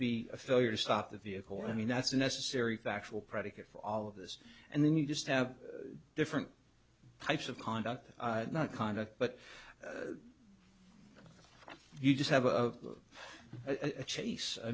be a failure to stop the vehicle i mean that's a necessary factual predicate for all of this and then you just have different types of conduct not conduct but you just have a